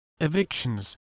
evictions